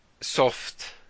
soft